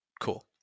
cool